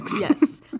Yes